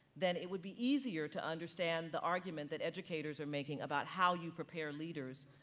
then it would be easier to understand the argument that educators are making about how you prepare leaders,